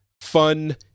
Fun